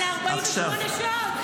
על ה-48 שעות.